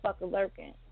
lurking